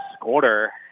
quarter